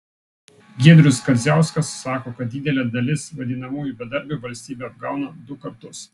giedrius kadziauskas sako kad didelė dalis vadinamųjų bedarbių valstybę apgauna du kartus